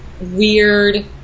weird